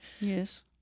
yes